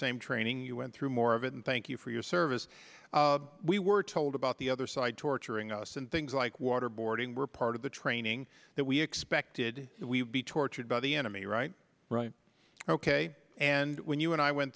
same training you went through more of it and thank you for your service we were told about the other side torturing us and things like waterboarding were part of the training that we expected we would be tortured by the enemy right right ok and when you and i went